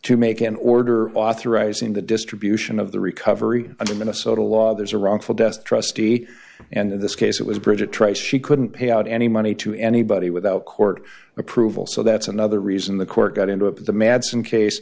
to make an order authorizing the distribution of the recovery and in minnesota law there's a wrongful death trustee and in this case it was bridget trice she couldn't pay out any money to anybody without court approval so that's another reason the court got into it the madsen case